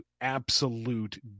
absolute